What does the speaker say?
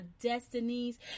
destinies